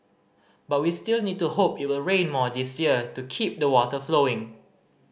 but we still need to hope it will rain more this year to keep the water flowing